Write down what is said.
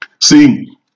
See